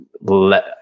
let